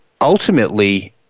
ultimately